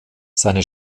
seine